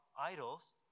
idols